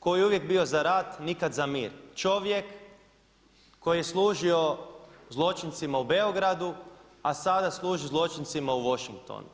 koji je uvijek bio za rat, nikada za mir, čovjek koji je služio zločincima u Beogradu a sada služi zločincima u Washingtonu.